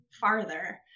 farther